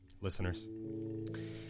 Listeners